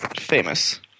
famous